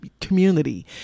community